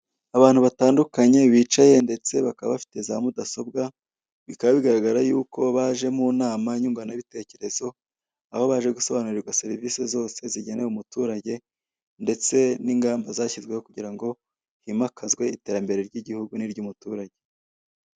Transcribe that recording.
Abantu batandukanye bicaye ndetse bakaba bafite za mudasobwa, bikaba bigaragara yuko baje mu nama nyunguranabitekerezo, aho baje gusobarirwa serivisi zose zigenewe umuturage ndetse n'ingamba zashyizweho kugira ngo himakazwe iterambere ry'igihugu n'iry'umuturage.